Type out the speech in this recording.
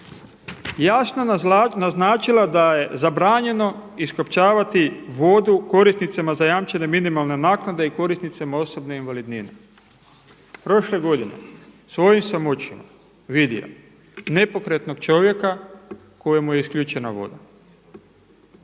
jasno naznačila da je zabranjeno iskopčavati vodu korisnicima zajamčene minimalne naknade i korisnicima osobne invalidnine. Prošle godine svojim sam očima vidio nepokretnog čovjeka kojemu je isključena voda.